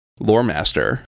Loremaster